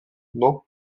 non